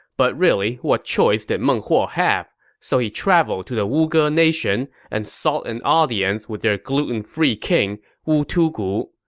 but really what choice did meng huo have? so he traveled to the wuge nation and sought an audience with their gluten-free king wu tugu.